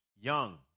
young